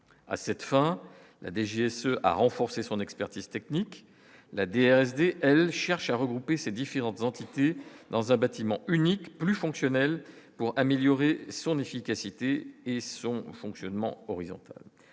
à cette fin, la DGSE à renforcer son expertise technique, la DST, elle cherche à regrouper ses différentes entités dans un bâtiment unique plus fonctionnel pour améliorer son efficacité et son fonctionnement horizon